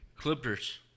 Clippers